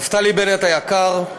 נפתלי בנט היקר,